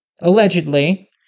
allegedly